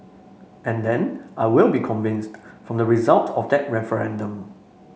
and then I will be convinced from the result of that referendum